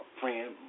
friend